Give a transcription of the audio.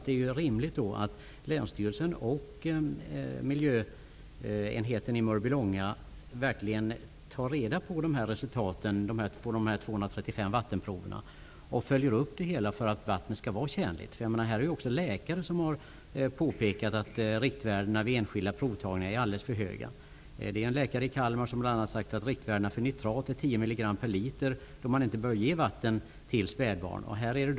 Det är rimligt att länsstyrelsen och miljöenheten i Mörbylånga tar reda på resultaten av de 235 vattenproverna och följer upp frågan för att få vattnet tjänligt. Också läkare har nämligen påpekat att värdena vid enskilda provtagningar är alldeles för höga. En läkare i Kalmar har bl.a. talat om riktvärden och sagt att man inte bör ge spädbarn vatten som innehåller mer än 10 mg nitrat per liter.